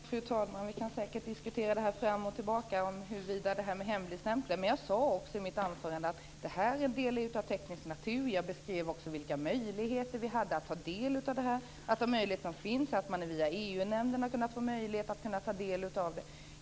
Fru talman! Vi kan säkert diskutera hemligstämplandet fram och tillbaka. Jag sade i mitt anförande att detta är av teknisk natur. Jag beskrev också vilka möjligheter vi har att ta del av det hela. Jag sade att man via EU-nämnden har kunnat få möjlighet att ta del av det.